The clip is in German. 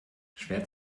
schwer